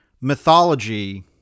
mythology